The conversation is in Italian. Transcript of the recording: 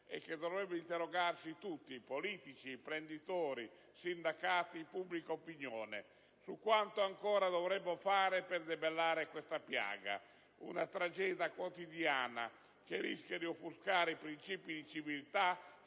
e che dovrebbe interrogarci tutti, politici, imprenditori, sindacati e pubblica opinione, su quanto ancora dovremo fare per debellare questa piaga: una tragedia quotidiana che rischia di offuscare i principi di civiltà